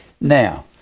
Now